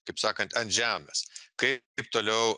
kaip sakant ant žemės kai p toliau